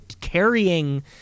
carrying